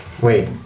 Wait